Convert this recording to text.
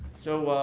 so,